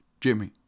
Jimmy